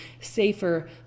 safer